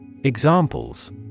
Examples